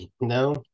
no